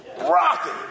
Rocking